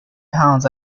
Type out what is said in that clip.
pounds